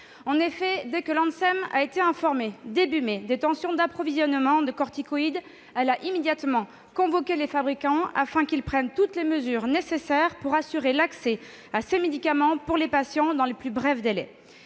En effet, dès que l'ANSM a été informée, début mai, de l'existence de tensions en matière d'approvisionnement en corticoïdes, elle a immédiatement convoqué les fabricants afin qu'ils prennent toutes les mesures nécessaires pour assurer l'accès des patients à ces médicaments dans les plus brefs délais.